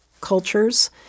cultures